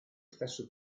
stesso